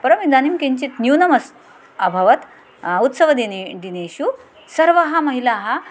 परम् इदानीं किञ्चित् न्यूनम् अभवत् उत्सवदिने दिनेषु सर्वाः महिलाः